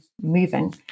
moving